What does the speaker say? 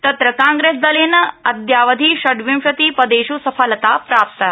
तत्र कांग्रेस दलेन अद्यावधि षट्विंशति पदेष् सफलता प्राप्ता